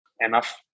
enough